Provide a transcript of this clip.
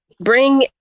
bring